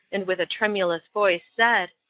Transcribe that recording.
and with a tremulous voice said,